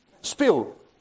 Spill